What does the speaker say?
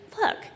Look